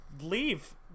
leave